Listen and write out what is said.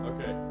Okay